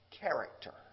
character